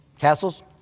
Castles